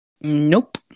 Nope